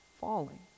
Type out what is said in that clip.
falling